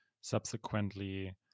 subsequently